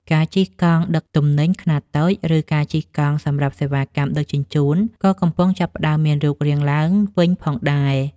ការជិះកង់ដឹកទំនិញខ្នាតតូច ឬការជិះកង់សម្រាប់សេវាកម្មដឹកជញ្ជូន ក៏កំពុងចាប់ផ្ដើមមានរូបរាងឡើងវិញផងដែរ។